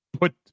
put